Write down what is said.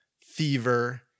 fever